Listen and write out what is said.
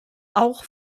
auch